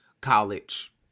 college